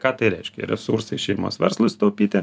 ką tai reiškia resursai šeimos verslui sutaupyti